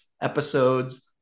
episodes